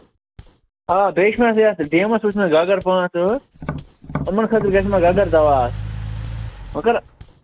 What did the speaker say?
آ بیٚیہِ چھِ مےٚ سا یَتھ ڈیمَس وُچھ مےٚ گَگر پانٛژھ ٲٹھ یِمَن خٲطرٕ گَژھِ مےٚ گَگر دَوا آسُن مگر